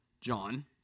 John